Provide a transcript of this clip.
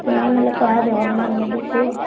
ସୁନା ନେଲେ ତ ଇହାଦେ ହଲ୍ମାର୍କ୍ ମିଲୁଛେ